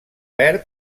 verb